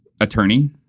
attorney